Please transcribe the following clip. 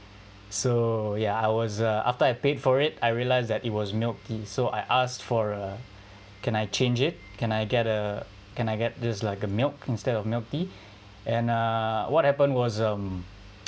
so ya I was uh after I paid for it I realised that it was milk tea so I asked for a can I change it can I get uh can I get this like uh milk instead of milk tea and uh what happened was um